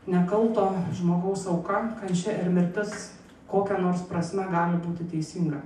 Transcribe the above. nekalto žmogaus auka kančia ir mirtis kokia nors prasme gali būti teisinga